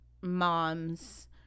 moms